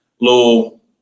little